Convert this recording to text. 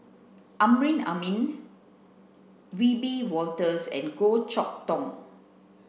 Amrin Amin Wiebe Wolters and Goh Chok Tong